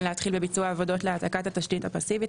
להתחיל בביצוע העבודות להעתקת התשתית הפסיבית,